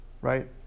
right